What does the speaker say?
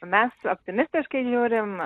mes optimistiškai žiūrim